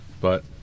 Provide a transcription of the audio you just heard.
But-